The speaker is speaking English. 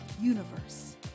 universe